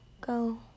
go